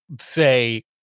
say